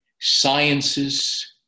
Sciences